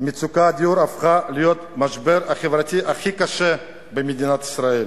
מצוקת הדיור הפכה להיות משבר הדיור הכי קשה במדינת ישראל.